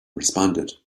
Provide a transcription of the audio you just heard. responded